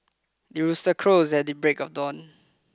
the rooster crows at the break of dawn